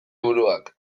buruak